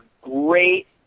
great